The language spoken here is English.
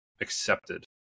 accepted